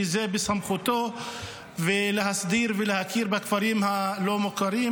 שבסמכותו להסדיר ולהכיר בכפרים הלא-מוכרים,